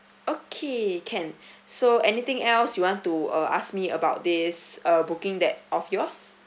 okay can so anything else you want to uh ask me about this uh booking that of yours